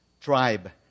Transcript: tribe